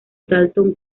dalton